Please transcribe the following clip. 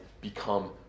become